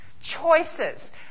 choices